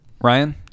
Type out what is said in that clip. Ryan